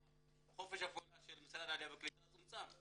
חופש הפעולה של משרד העלייה והקליטה צומצם.